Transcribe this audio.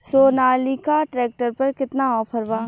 Sonalika tractor पर केतना offer बा?